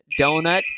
donut